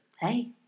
Hey